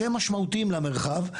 שהם משמעותיים למרחב,